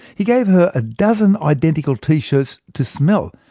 he gave her a dozen identical t-shirts to smell.